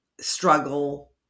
struggle